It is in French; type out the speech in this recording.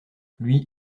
lui